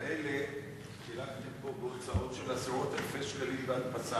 כאלה חילקתם פה בהוצאה של עשרות אלפי שקלים בהדפסה.